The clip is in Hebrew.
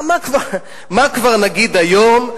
מה כבר נגיד היום?